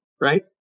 Right